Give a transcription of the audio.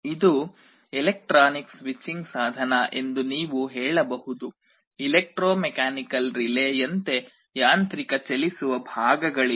ಇದು electronic switching ಸಾಧನ ಎಂದು ನೀವು ಹೇಳಬಹುದು ಎಲೆಕ್ಟ್ರೋಮೆಕಾನಿಕಲ್ ರಿಲೇಯಂತೆ ಯಾಂತ್ರಿಕ ಚಲಿಸುವ ಭಾಗಗಳಿಲ್ಲ